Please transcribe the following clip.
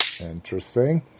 interesting